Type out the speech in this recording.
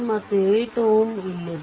ಮತ್ತು 8 Ω ಇಲ್ಲಿದೆ